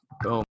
Boom